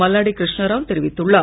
மல்லாடி கிருஷ்ணா ராவ் தெரிவித்துள்ளார்